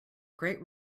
great